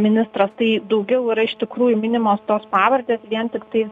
ministras tai daugiau yra iš tikrųjų minimos tos pavardės vien tiktai